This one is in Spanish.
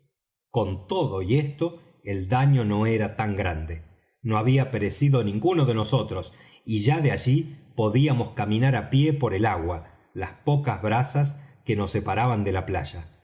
con todo y esto el daño no era tan grande no había perecido ninguno de nosotros y ya de allí podíamos caminar á pie por el agua las pocas brazas que nos separaban de la playa